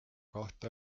kohta